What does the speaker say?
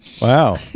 Wow